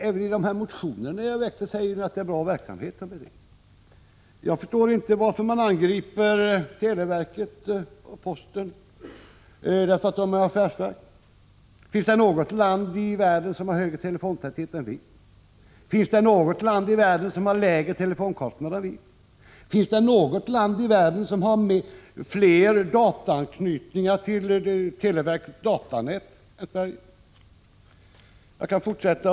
Även i de motioner som ni har väckt sägs emellertid att den verksamhet som där bedrivs är bra. Jag förstår inte varför man angriper televerket och posten därför att de drivs i affärsverksform. Finns det något annat land i världen som har en högre telefontäthet, lägre telefonkostnader och fler dataanknytningar till teledatanätet än vårt land?